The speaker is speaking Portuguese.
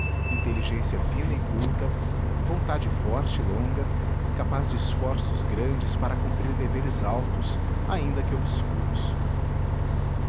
inteligência fina e culta vontade forte e longa capaz de esforços grandes para cumprir deveres altos ainda que obscuros